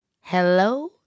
Hello